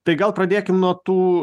tai gal pradėkim nuo tų